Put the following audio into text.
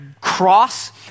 cross